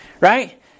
right